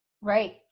Right